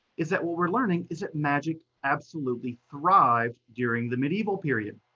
is that what we're learning is that magic absolutely thrived during the medieval period.